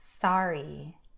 sorry